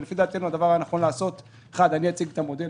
לפי דעתנו הדבר הנכון לעשות אני אציג את המודל,